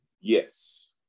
Yes